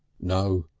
no!